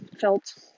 felt